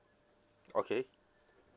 okay